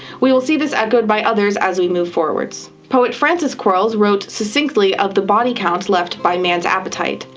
we will see this echoed by others as we move forwards. poet francis quarles wrote succinctly of the body count left by man's appetite.